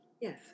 yes